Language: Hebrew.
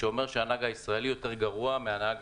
שאומר שהנהג הישראלי יותר גרוע מהנהג